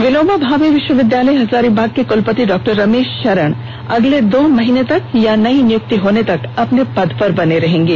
विनोबा भावे विश्वविद्यालय हजारीबाग के कुलपति डॉ रमेश शरण अगले दो माह तक या नई नियुक्ति होने तक अपने पद पर बने रहेंगे